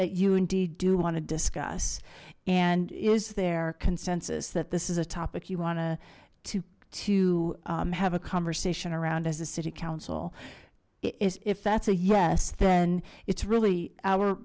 that you indeed do want to discuss and is there consensus that this is a topic you want to to have a conversation around as a city council is if that's a yes then it's really our